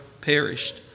perished